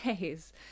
days